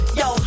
yo